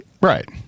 Right